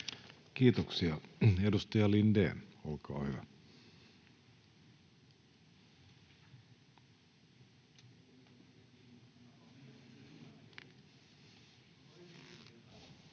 Kiitoksia. — Edustaja Lindén, olkaa hyvä. Arvoisa